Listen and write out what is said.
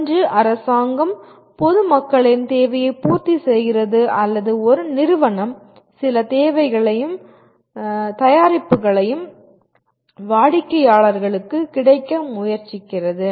ஒன்று அரசாங்கம் பொது மக்களின் தேவையை பூர்த்தி செய்கிறது அல்லது ஒரு நிறுவனம் சில சேவைகளையும் தயாரிப்புகளையும் வாடிக்கையாளர்களுக்குக் கிடைக்க முயற்சிக்கிறது